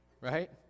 right